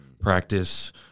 Practice